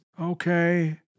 Okay